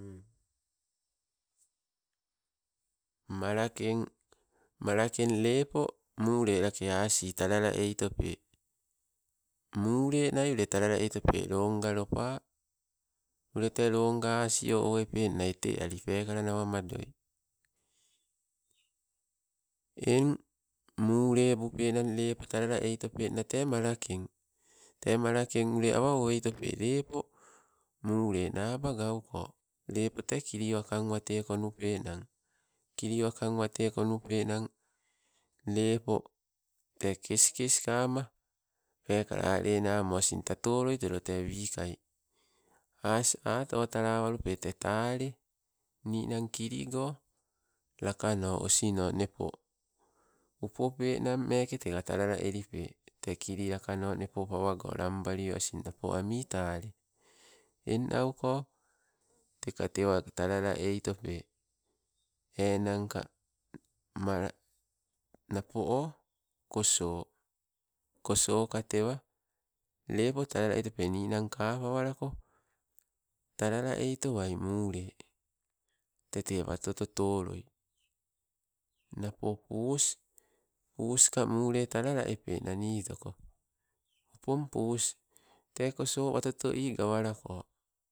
Malakeng, malakeng lepo mule lake asi talala eitope. Mule nai ule talala eitope, longa lopa, ule tee loonga asio owepenna ete ali, peekalanawa madoi. Eng mule, bupennang lepo talala eitopenna tee malakeng, tee malaken ule awa oweitope lepo mule naba gauko, lepo te kili wakan wate konupenang. Kili wakang wate konnu penang lepo tee keskes kama, pekala alenamo asin, tatoloi tolo wikai, as atotala walupe, te tale ninang kiligo, lakano osino nepo upopen nang meke teka tala la elipe. Tee kili lakano nepo lanbalio asin napo ami tale. Eng nauko, teka tewa talala aitope enanka mala napo oh koso koso ka tewa, lepo talala eitope ninan kapawalako, talala aitowa mule tete wato totoloi. Napo pus, puska mule talala epe nanitoko opon pus, te koso wato to ii gawalako.